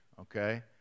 okay